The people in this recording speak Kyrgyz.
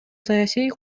саясий